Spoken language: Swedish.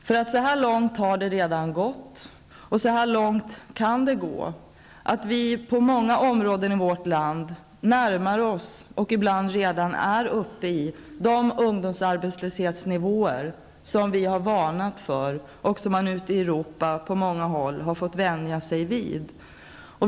Så långt har det alltså redan gått, och så långt kan det gå, att vi i många områden i vårt land närmar oss och ibland redan uppe i de nivåer när det gäller ungdomsarbetslösheten som man fått vänja sig vid på många håll ute i Europa och som vi har varnat för.